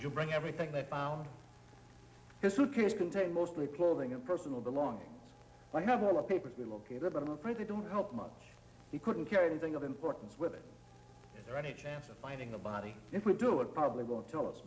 you bring everything they found his suitcase containing mostly clothing and personal belongings i have all the papers relocatable probably don't help much he couldn't carry anything of importance with it or any chance of finding a body if we do it probably won't tell us